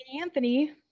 Anthony